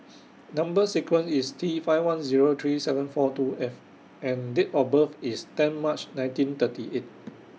Number sequence IS T five one Zero three seven four two F and Date of birth IS ten March nineteen thirty eight